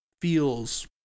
feels